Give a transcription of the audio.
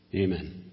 Amen